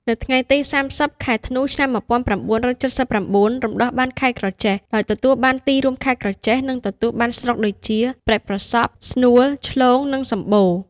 នៅថ្ងៃទី ៣០ ខែធ្នូ ឆ្នាំ ១៩៧៩ រំដោះបានខេត្តក្រចេះ ដោយទទួលបានទីរួមខេត្ត ក្រចេះ និងទទួលបានស្រុកដូចជា ព្រែកប្រសព្វ ស្នួល ឆ្លូង និងសំបូរ។